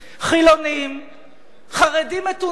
חילונים וחרדים מתונים,